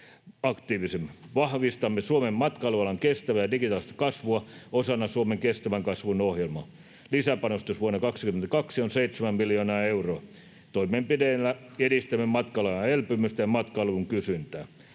Vahvistamme Suomen matkailualan kestävää ja digitaalista kasvua osana Suomen kestävän kasvun ohjelmaa. Lisäpanostus vuonna 22 on 7 miljoonaa euroa. Toimenpiteillä edistämme matkailualan elpymistä ja matkailun kysyntää.